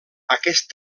aquest